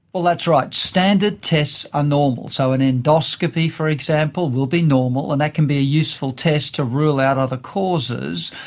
that's right, standard tests are normal, so an endoscopy for example will be normal, and that can be a useful test to rule out other causes,